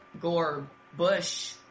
Gore-Bush